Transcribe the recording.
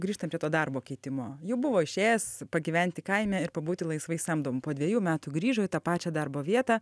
grįžtam prie to darbo keitimo jau buvo išėjęs pagyventi kaime ir pabūti laisvai samdomu po dviejų metų grįžo į tą pačią darbo vietą